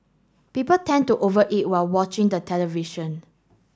people tend to over eat while watching the television